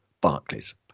Barclays